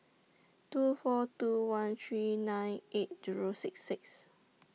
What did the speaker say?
two four two one three nine eight Zero six six